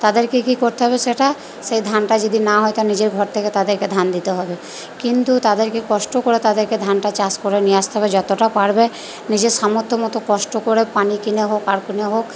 তাদেরকে কি করতে হবে সেটা সেই ধানটা যদি না হয় তার নিজের ঘর থেকে তাদেরকে ধান দিতে হবে কিন্তু তাদেরকে কষ্ট করে তাদেরকে ধানটা চাষ করে নিয়ে আসতে হবে যতটা পারবে নিজের সামর্থ্য মতো কষ্ট করে পানি কিনে হোক আর কিনে হোক